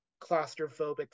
claustrophobic